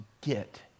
get